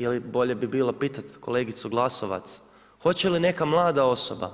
Ili bolje bi bilo pitat kolegicu Glasovac, hoće li neka mlada osoba